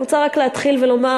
אני רוצה רק להתחיל ולומר,